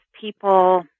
people